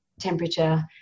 temperature